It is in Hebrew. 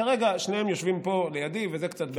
כרגע שניהם יושבים פה לידי, וזו קצת בעיה.